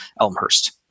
Elmhurst